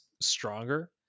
stronger